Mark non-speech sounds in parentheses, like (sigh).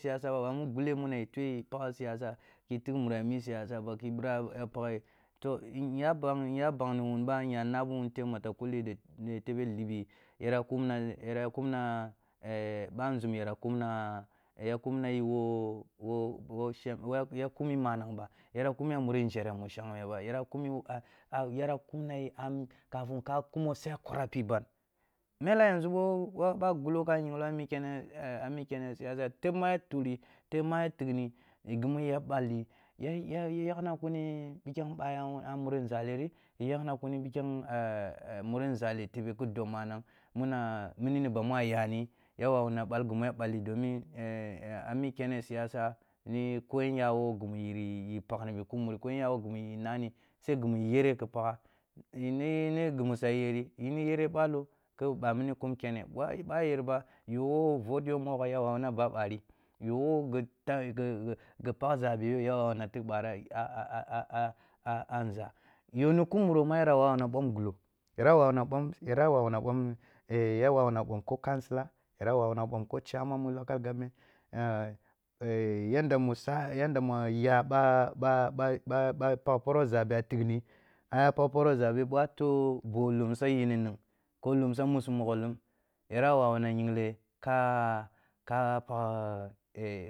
Siyas aba, ɓah mu guleh muna eh tua’ah pagh siyasa ki tigh muri a mi siyasa ba, ki ɓira a paghe, toh, nya ban nya bang ni wunba nya na bi wun tebe matakullu teb, tebe libi yara kumna yara kumna (hesitation) ba nzum yara kumna, ya kumna yi wo wo (unintelligible) ya kumi manang ba, yara kumi a muri nȝhere mu shangme ba, yara (unintelligible) kafin a kumo sai a kwarah piban. Mela yanzu ɓoh ɓa a gulo ka a yingle a mi kene, a mi kene siyasa teb ma turi, teb mu’ah tigh ni, ghi mu ya ɓalli ya ya yakni kuni pikhem ɓoh ya muri nzaliri, yakna kuni pikhem eh (hesitation) muri nzali tebe ki dob manang muna mini ni bamu a yani, ya wawuna ɓal ghi mu ya ɓalli domin (hesitation) a mi kene siyasa, ni ko yen ya wo ghi mu yiri paghni kuh muri, ko yen ya wo ghi mu yiri nani, son ghi mu nyere kin pagha ni ghi, ni ghi musa yeri, ni yere ɓalo, ki ɓah mini kum kene, eh boh yerba yo, wo vote yo mogho ya wawuna bah barih, yo wo ghi tah (hesitation) ghi pagh zabi yo ya wawuna tigh ɓorah (hesitation) ghi pagh zabi yo ya wawuna tigh ɓorah (hesitation) a nzah yoniku muroh ma ya wawuna ɓom guloh, yara wawuna ɓom (hesitation) ya wawuna ɓom ko councilor, ya ra wawuna ɓom ko chairman mu local government eh (hesitation) yadda mu sa’a, yanda mu ya ɓah ɓah ɓah ɓah pagh poroh zabe a tighni, aya poroh zabe, ɓoh a toh boh lumsa-yinining ko lumsa musu-mogho-lum yara wawuna yingle ka, ka pagh eh.